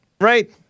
right